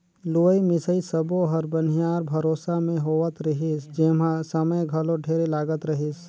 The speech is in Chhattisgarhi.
लुवई मिंसई सब्बो हर बनिहार भरोसा मे होवत रिहिस जेम्हा समय घलो ढेरे लागत रहीस